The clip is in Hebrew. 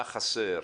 מה חסר?